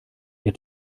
ihr